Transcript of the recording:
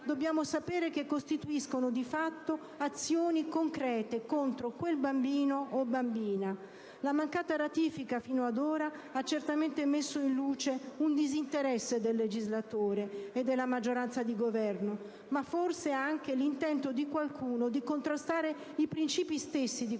un bambino costituiscono, di fatto, azioni concrete contro quel bambino o bambina. La mancata ratifica fino ad ora ha certamente messo in luce un disinteresse del legislatore e della maggioranza di Governo, ma forse anche l'intento di qualcuno di contrastare i principi stessi di